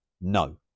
No